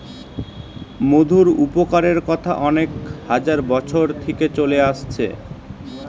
মধুর উপকারের কথা অনেক হাজার বছর থিকে চলে আসছে